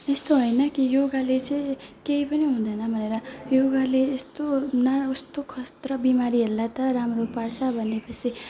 यस्तो होइन कि योगाले चाहिँ केही पनि हुँदैन भनेर योगाले यस्तो न कस्तो खत्रा बिमारीहरूलाई त राम्रो पार्छ भनेपछि